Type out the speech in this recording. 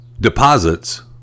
deposits